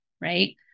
Right